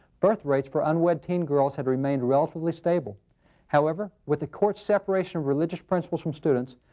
birth rates for unwed teen girls had remained relatively stable however, with the court's separation of religious principles from students,